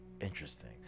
interesting